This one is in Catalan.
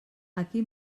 aquí